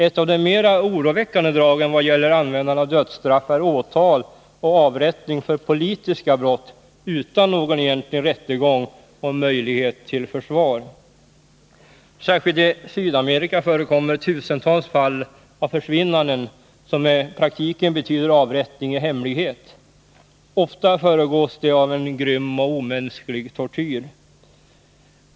Ett av de mera oroväckande dragen vad gäller användande av dödsstraff är åtal och avrättning för politiska brott utan någon egentlig rättegång och möjlighet till försvar. Särskilt i Sydamerika förekommer tusentals fall av försvinnanden som i praktiken betyder avrättning i hemlighet. Ofta föregås de av grym och omänsklig tortyr.